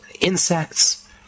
insects